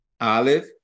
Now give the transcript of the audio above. Olive